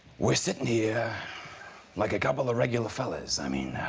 we're sitting here like a couple of regular fellows i mean